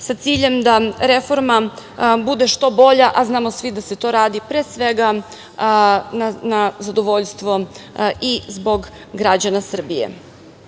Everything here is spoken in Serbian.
sa ciljem da reforma bude što bolja, a znamo svi da se to radi pre svega na zadovoljstvo i zbog građana Srbije. Danas